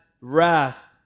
wrath